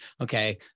Okay